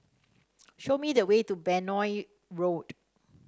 show me the way to Benoi Road